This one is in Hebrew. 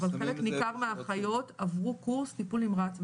אבל חלק ניכר מהאחיות עברו קורס טיפול נמרץ,